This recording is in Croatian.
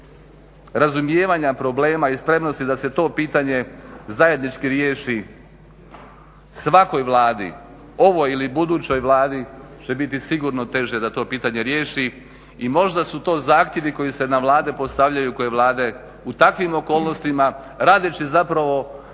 razumijevanja problema i spremnosti da se to pitanje zajednički riješi svakoj Vladi ovoj ili budućoj Vladi će biti sigurno teže da to pitanje riješi. I možda su to zahtjevi koji se na vlade postavljaju i koji vlade u takvim okolnostima radeći zapravo